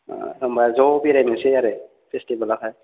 अ होनबा ज' बेरायनोसै आरो फेसटिभेलावहाय